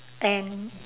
and